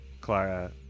Clara